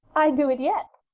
i do it yet,